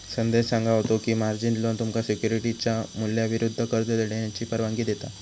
संदेश सांगा होतो की, मार्जिन लोन तुमका सिक्युरिटीजच्या मूल्याविरुद्ध कर्ज घेण्याची परवानगी देता